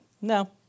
no